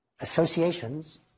associations